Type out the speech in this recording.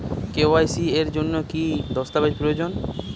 KYC এর জন্যে কি কি দস্তাবেজ প্রয়োজন?